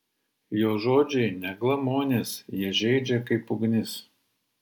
jo žodžiai ne glamonės jie žeidžia kaip ugnis